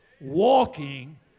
walking